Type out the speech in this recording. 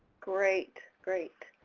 great, great.